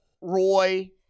Roy